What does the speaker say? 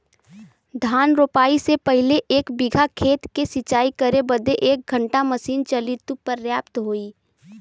धान रोपाई से पहिले एक बिघा खेत के सिंचाई करे बदे क घंटा मशीन चली तू पर्याप्त होई?